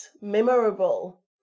memorable